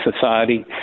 society